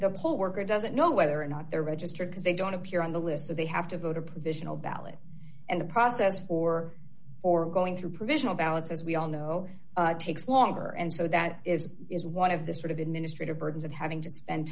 the poll worker doesn't know whether or not they're registered because they don't appear on the listen they have to vote a provisional ballot and the process or for going through provisional ballots as we all know it takes longer and so that is is one of the sort of administrative burdens of having to spend